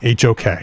HOK